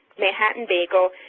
manhattan bagel,